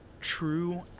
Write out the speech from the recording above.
True